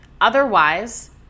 Otherwise